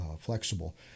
flexible